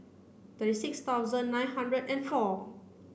thirty six thousand nine hundred and four